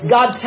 God